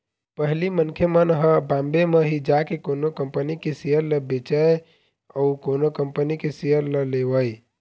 पहिली मनखे मन ह बॉम्बे म ही जाके कोनो कंपनी के सेयर ल बेचय अउ कोनो कंपनी के सेयर ल लेवय